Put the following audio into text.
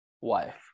wife